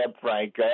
Frank